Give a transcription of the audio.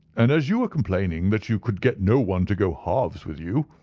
and as you were complaining that you could get no one to go halves with you,